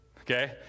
Okay